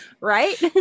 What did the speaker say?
Right